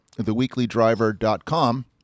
theweeklydriver.com